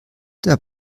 der